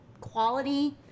quality